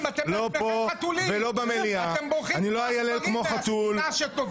לא פה ולא במליאה ------ אתם בורחים כמו עכברים מהספינה שטובעת